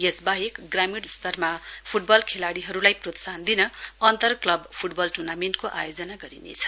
यसवाहेक ग्रामीण स्तरमा फुटबल खेलाड़ीहरूलाई प्रोत्साहन दिन अन्तर क्लब फ्टबल टूर्नामेण्टको आयोजना गरिनेछ